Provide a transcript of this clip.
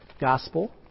gospel